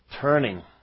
turning